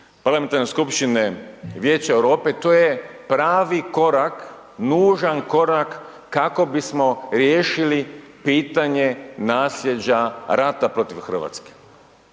parlamentarne skupštine vijeća Europe, to je pravi korak, nužan korak kakao bismo riješili pitanje nasljeđa rata protiv RH.